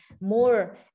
more